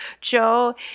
Joe